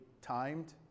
timed